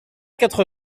quatre